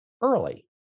early